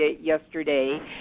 yesterday